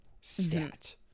Stat